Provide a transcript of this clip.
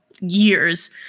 years